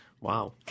wow